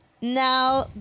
Now